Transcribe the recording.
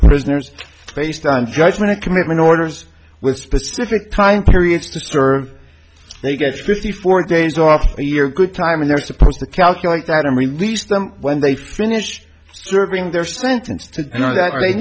prisoners based on judgment a commitment orders with specific time periods to serve they get fifty four days off a year good time and they're supposed to calculate that and release them when they finish serving their sentence to